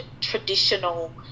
traditional